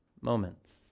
moments